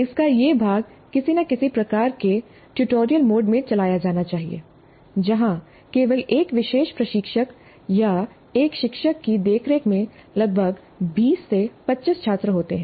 इसका यह भाग किसी न किसी प्रकार के ट्यूटोरियल मोड में चलाया जाना चाहिए जहाँ केवल एक विशेष प्रशिक्षक या एक शिक्षक की देखरेख में लगभग 20 से 25 छात्र होते हैं